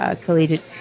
collegiate